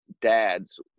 dads